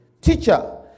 teacher